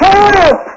Help